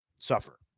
suffer